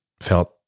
felt